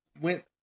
went